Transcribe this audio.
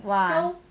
!wah!